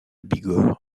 bigorre